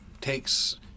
takes